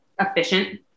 Efficient